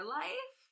life